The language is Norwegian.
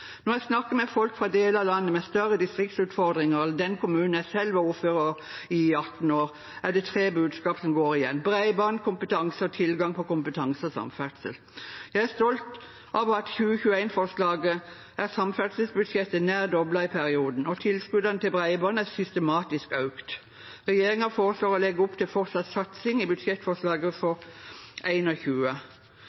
Når jeg snakker med folk fra deler av landet med større distriktsutfordringer, som den kommunen der jeg selv var ordfører i 18 år, er det tre budskap som går igjen: bredbånd, kompetanse og tilgang på kompetanse og samferdsel. Jeg er stolt av at i 2021-forslaget er samferdselsbudsjettet nær doblet i perioden og tilskuddene til bredbånd er systematisk økt. Regjeringen foreslår å legge opp til fortsatt satsing i budsjettforslaget for